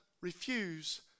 refuse